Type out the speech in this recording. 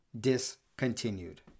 discontinued